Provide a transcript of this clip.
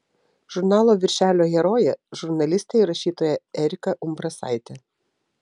žurnalo viršelio herojė žurnalistė ir rašytoja erika umbrasaitė